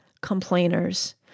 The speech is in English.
complainers